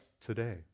today